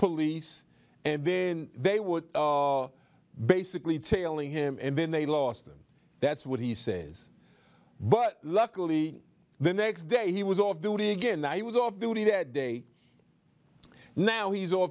police and then they would basically tailing him and then they lost him that's what he says but luckily the next day he was off duty again i was off duty that day now he's